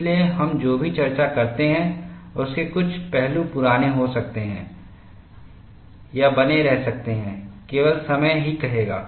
इसलिए हम जो भी चर्चा करते हैं उसके कुछ पहलू पुराने हो सकते हैं या बने रह सकते हैं केवल समय ही कहेगा